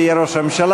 47,